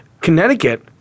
Connecticut